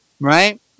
right